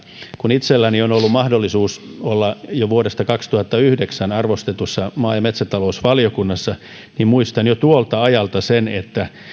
kun itselläni on ollut mahdollisuus olla jo vuodesta kaksituhattayhdeksän arvostetussa maa ja metsätalousvaliokunnassa niin muistan jo tuolta ajalta sen että